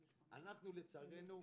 לצערנו,